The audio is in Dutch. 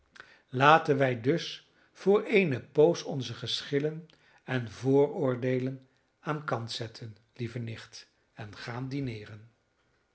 laten wij dus voor eene poos onze geschillen en vooroordeelen aan kant zetten lieve nicht en gaan dineeren